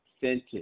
sentence